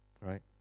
right